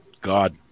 God